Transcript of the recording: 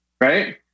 right